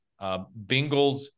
Bengals